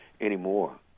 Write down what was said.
anymore